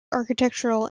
architectural